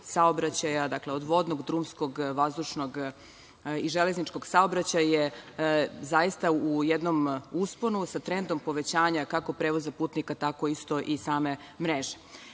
saobraćaja, dakle, od vodnog, drumskog, vazdušnog i železničkog saobraćaja je zaista u jednom usponu sa trendom povećanja kako prevoza putnika tako isto i same